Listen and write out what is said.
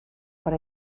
para